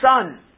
Son